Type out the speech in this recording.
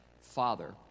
Father